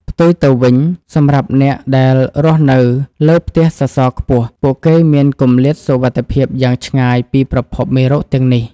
ផ្ទុយទៅវិញ សម្រាប់អ្នកដែលរស់នៅលើផ្ទះសសរខ្ពស់ ពួកគេមានគម្លាតសុវត្ថិភាពយ៉ាងឆ្ងាយពីប្រភពមេរោគទាំងនេះ។